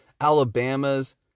Alabama's